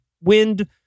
wind